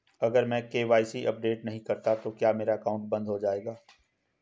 अगर मैं KYC update नहीं करता तो क्या मेरा अकाउंट बंद हो जाएगा?